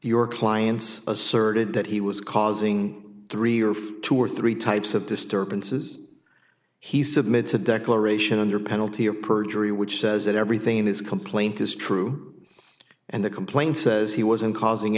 your clients asserted that he was causing three or for two or three types of disturbances he submitted declaration under penalty of perjury which says that everything in his complaint is true and the complaint says he wasn't causing